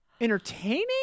entertaining